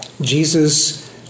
Jesus